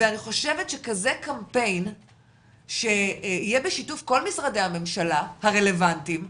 ואני חושבת שכזה קמפיין שיהיה בשיתוף כל משרדי הממשלה הרלבנטיים,